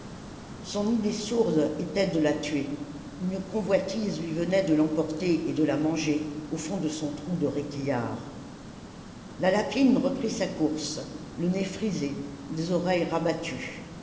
son idée sourde était de la tuer une convoitise lui venait de l'emporter et de la manger au fond de son trou de réquillart la lapine reprit sa course le nez frisé les oreilles rabattues